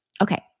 Okay